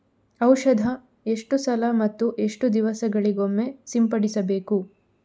ಔಷಧ ಎಷ್ಟು ಸಲ ಮತ್ತು ಎಷ್ಟು ದಿವಸಗಳಿಗೊಮ್ಮೆ ಸಿಂಪಡಿಸಬೇಕು?